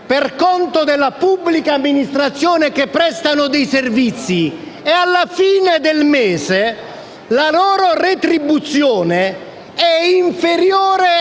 per conto della pubblica amministrazione che prestano dei servizi e, alla fine del mese, la loro retribuzione è inferiore